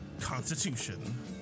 constitution